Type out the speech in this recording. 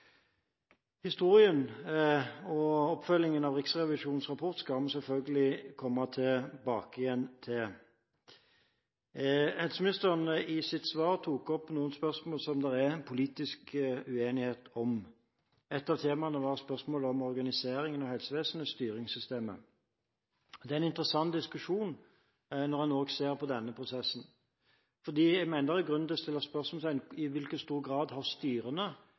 Historien, og oppfølgingen av Riksrevisjonens rapport, skal vi selvfølgelig komme tilbake til. Helse- og omsorgsministeren tok i sitt svar opp noen spørsmål som det er politisk uenighet om. Ett av temaene var spørsmålet om organiseringen av helsevesenet – styringssystemet. Det er en interessant diskusjon når en ser på denne prosessen. Jeg mener det er grunn til å stille spørsmål ved i hvor stor grad styrene ved Ahus og Oslo universitetssykehus har